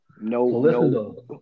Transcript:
no